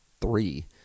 three